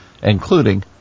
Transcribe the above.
including